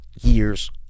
years